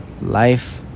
Life